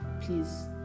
please